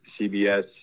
CBS